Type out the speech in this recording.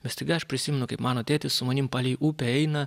bet staiga aš prisimenu kaip mano tėtis su manim palei upę eina